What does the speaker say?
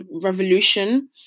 revolution